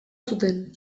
zuten